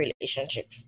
relationship